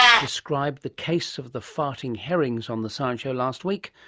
describe the case of the farting herrings on the science show last week,